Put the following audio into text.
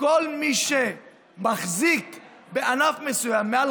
להכריז כמונופול על כל מי שמחזיק בענף מסוים מעל